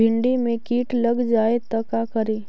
भिन्डी मे किट लग जाबे त का करि?